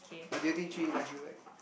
but do you think Jun-Yi likes you back